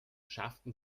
schafften